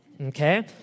Okay